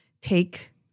take